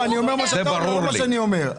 זה ברור לי,